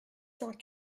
cent